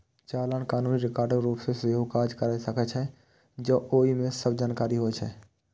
चालान कानूनी रिकॉर्डक रूप मे सेहो काज कैर सकै छै, जौं ओइ मे सब जानकारी होय